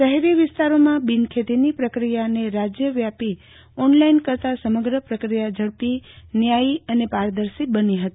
શહેરી વિસ્તારોમાં બિનખેતીની પ્રક્રિયાને રાજ્યવ્યાપી ઓનલાઈન કરતા સમગ્ર પ્રક્રિયા ઝડપી ન્યાયી અને પારદર્શી બની હતી